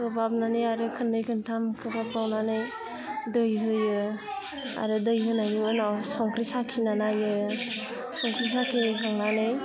खोबहाबनानै आरो खोननै खोनथाम खोबहाबबावनानै दै होयो आरो दै होनायनि उनाव संख्रि साखिना नायो संख्रि साखिखांनानै